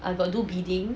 I got do bidding